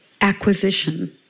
acquisition